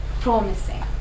promising